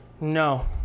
No